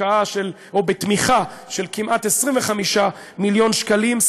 בתמיכה של כמעט 25 מיליון שקלים,